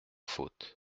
faute